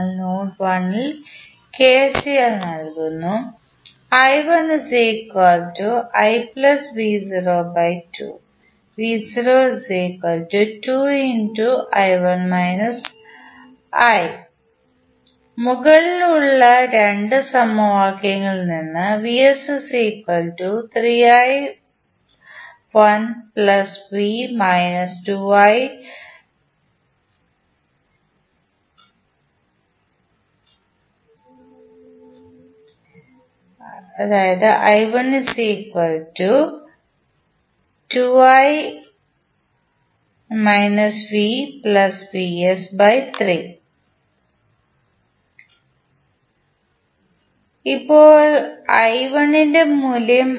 എന്നാൽ നോഡ് 1 ൽ കെസിഎൽ നൽകുന്നു മുകളിൽ ഉള്ള 2 സമവാക്യങ്ങൾ നിന്ന് ഇപ്പോൾഇന്റെ മൂല്യം